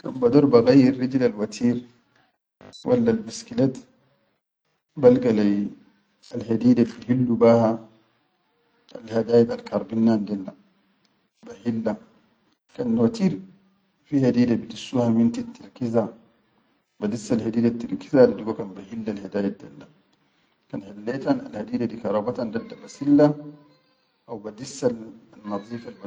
Kan bador baqayyir rijilal wateer wallal biskiʼef balga lai al hadidel bihillu baha al hadayid alkarbinnen del da, bahilla, kan watir fi hedide bidissuha min tit tirkiza, badissa hedide tirkiza dugo kan bahillal- hedayid del da, kan helletan al hedide di karabatan dadda basilla haw badissannadife.